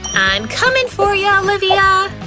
i'm comin' for ya, olivia!